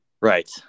right